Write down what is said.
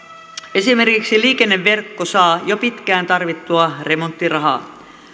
esimerkiksi liikenneverkko saa jo pitkään tarvittua remonttirahaa